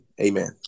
Amen